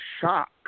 shock